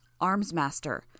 Armsmaster